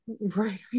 right